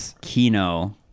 Kino